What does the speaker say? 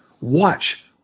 Watch